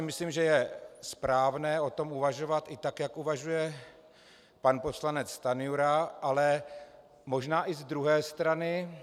Myslím si, že je správné o tom uvažovat i tak, jak uvažuje pan poslanec Stanjura, ale možná i z druhé strany.